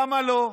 למה לא?